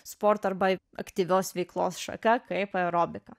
sporto arba aktyvios veiklos šaka kaip aerobika